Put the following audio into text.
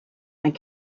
and